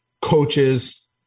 coaches